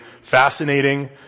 fascinating